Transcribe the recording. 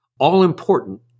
all-important